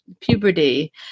puberty